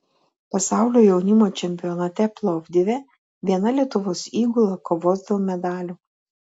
pasaulio jaunimo čempionate plovdive viena lietuvos įgula kovos dėl medalių